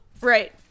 right